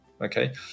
okay